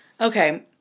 Okay